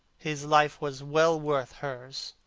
his life was well worth hers.